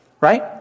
right